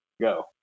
Go